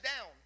down